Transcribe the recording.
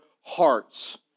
hearts